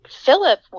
philip